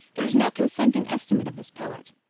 there is no consenting estimate of this poet.